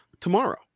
tomorrow